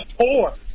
poor